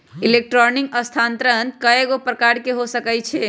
electronic स्थानान्तरण कएगो प्रकार के हो सकइ छै